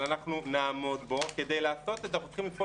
אבל אנחנו נעמוד בו אנחנו צריכים לפעול